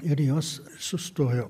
ir jos sustojo